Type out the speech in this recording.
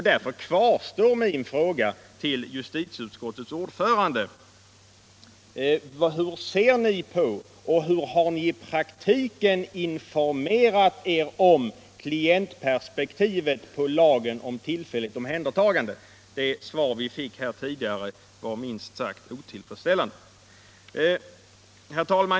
Därför kvarstår min fråga till justitieutskottets ordförande: Hur ser ni på och hur har ni i praktiken informerat er om klientperspektivet på LTO? Det svar vi fick tidigare var minst sagt otillfredsställande. Herr talman!